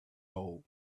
hole